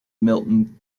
milton